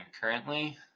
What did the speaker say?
currently